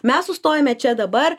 mes sustojome čia dabar